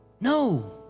No